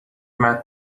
متن